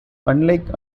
unlike